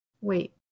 wait